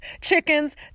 chickens